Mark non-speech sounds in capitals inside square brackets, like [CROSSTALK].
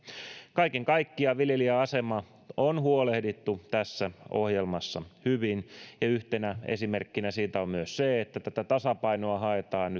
kaiken kaikkiaan viljelijän asemasta on huolehdittu tässä ohjelmassa hyvin ja yhtenä esimerkkinä siitä on myös se että tätä tasapainoa haetaan [UNINTELLIGIBLE]